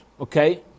Okay